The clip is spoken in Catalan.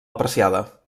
apreciada